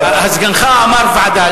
אז סגנך אמר ועדה,